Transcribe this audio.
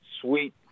Sweet